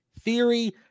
theory